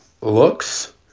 looks